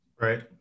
Right